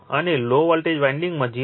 અને low voltage વાન્ડિંગમાં 0